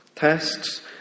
Tests